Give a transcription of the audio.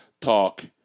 talk